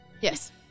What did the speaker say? Yes